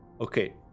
okay